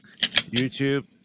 YouTube